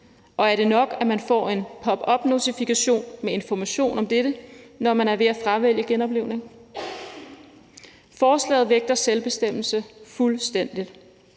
Og er det nok, at man får en pop op-notifikation med information om dette, når man er ved at fravælge genoplivning? Forslaget vægter selvbestemmelse fuldstændigt,